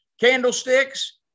candlesticks